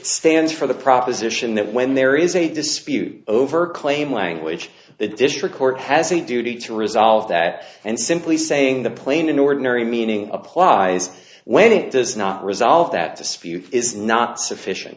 stands for the proposition that when there is a dispute over claim language the district court has a duty to resolve that and simply saying the plain an ordinary meaning applies when it does not resolve that dispute is not sufficient